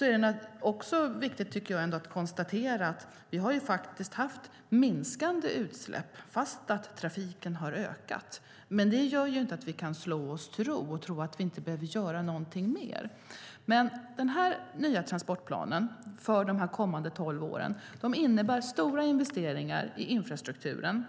är det viktigt att konstatera att vi har haft minskande utsläpp, fast trafiken har ökat. Men det betyder inte att vi kan slå oss till ro och tro att vi inte behöver göra någonting mer. Den nya tranportplanen för de kommande tolv åren innebär stora investeringar i infrastrukturen.